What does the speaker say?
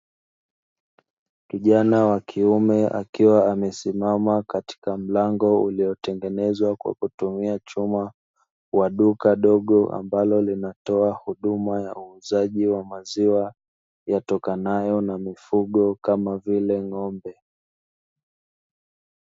Kijana wa kiume akiwa amesimama katika mlango uliotengenezwa kwa kutumia chuma, wa duka dogo ambalo linatoa huduma ya uuzaji wa maziwa yatokanayo na mifugo kama vile ng'ombe.